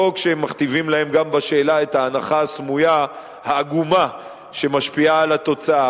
לא כשמכתיבים להם גם בשאלה את ההנחה הסמויה העגומה שמשפיעה על התוצאה,